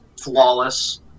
Flawless